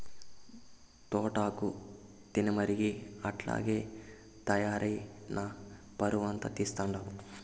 తోటాకు తినమరిగి అట్టాగే తయారై నా పరువంతా తీస్తండావు